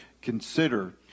consider